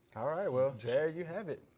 alright, well there you have it.